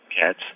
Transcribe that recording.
cats